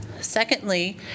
Secondly